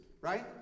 right